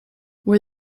where